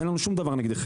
אין לנו שום דבר נגדכם,